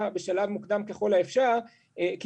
בתוך המשפחה בשלב מוקדם ככל האפשר,